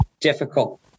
difficult